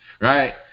right